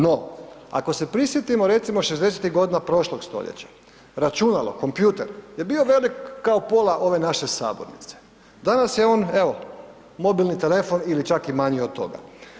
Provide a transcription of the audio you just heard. No, ako se prisjetimo recimo 60-tih godina prošlog stoljeća, računalo, kompjuter je bio velik kao pola ove naše sabornice, danas je on evo mobilni telefon ili čak i manji od toga.